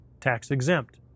tax-exempt